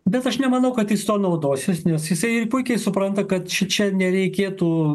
bet aš nemanau kad jis tuo naudosis nes jisai ir puikiai supranta kad šičia nereikėtų